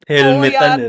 Helmetan